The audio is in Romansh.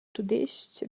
tudestg